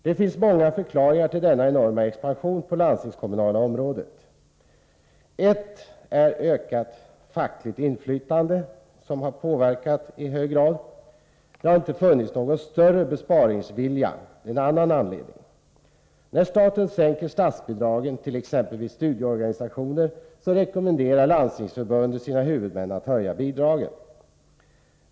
Det finns många förklaringar till denna enorma expansion på det landstingskommunala området. En förklaring är ökat fackligt inflytande, som i hög grad har påverkat. En annan förklaring är att det inte funnits någon större besparingsvilja. När staten sänkte statsbidragen till exempelvis studieorganisationerna, rekommenderade Landstingsförbundet huvudmännen att höja bidragen.